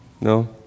No